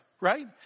right